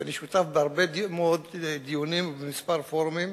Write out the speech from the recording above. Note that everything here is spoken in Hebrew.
ואני שותף בהרבה דיונים ובכמה פורומים,